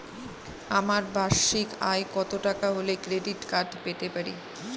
আমার বার্ষিক আয় কত টাকা হলে ক্রেডিট কার্ড পেতে পারি?